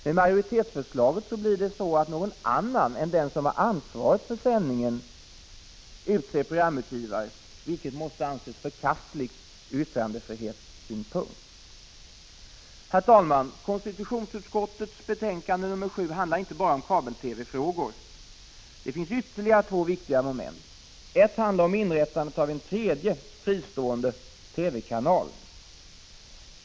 Med majoritetsförslaget blir det så att någon annan än den som har ansvaret för sändningen utser programutgivare, vilket måste anses förkastligt ur yttrandefrihetssynpunkt. Herr talman! Konstitutionsutskottets betänkande 7 handlar inte bara om kabel-TV-frågor. Det finns ytterligare två viktiga moment. Ett handlar om inrättandet av en tredje, fristående TV-kanal.